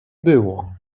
było